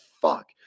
fuck